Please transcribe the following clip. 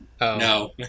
No